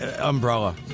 umbrella